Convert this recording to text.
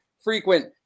frequent